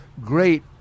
Great